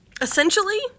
Essentially